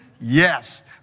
Yes